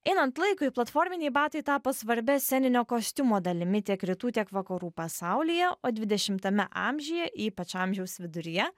einant laikui platforminiai batai tapo svarbia sceninio kostiumo dalimi tiek rytų tiek vakarų pasaulyje o dvidešimtame amžiuje ypač amžiaus viduryje